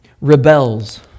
rebels